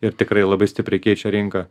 ir tikrai labai stipriai keičia rinką